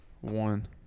One